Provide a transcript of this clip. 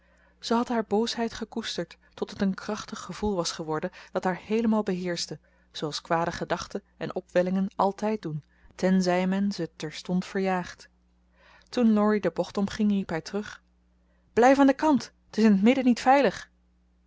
ze had haar boosheid gekoesterd tot het een krachtig gevoel was geworden dat haar heelemaal beheerschte zooals kwade gedachten en opwellingen altijd doen tenzij men ze terstond verjaagt toen laurie de bocht omging riep hij terug blijf aan den kant het is in t midden niet veilig